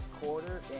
Quarter